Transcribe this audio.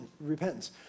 repentance